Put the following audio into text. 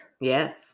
Yes